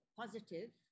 positive